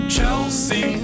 Chelsea